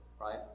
right